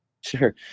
Sure